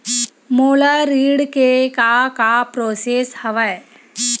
मोर ऋण के का का प्रोसेस हवय?